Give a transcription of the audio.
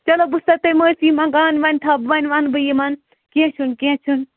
چلو بہٕ چھےٚ سَو تۄہہِ معٲفی مَنگان وۄنۍ تھاو بہٕ وۄنۍ وَنہٕ بہٕ یِمَن کیٚنٛہہ چھُنہٕ کیٚنٛہہ چھُنہٕ